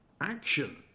action